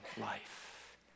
life